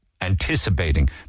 Anticipating